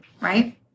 right